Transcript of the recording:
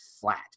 flat